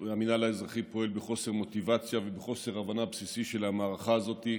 שהמינהל האזרחי פועל בחוסר מוטיבציה ובחוסר הבנה בסיסי של המערכה הזאת.